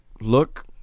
look